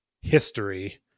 history